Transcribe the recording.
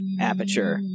aperture